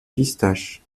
pistache